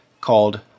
called